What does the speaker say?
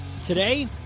Today